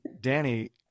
Danny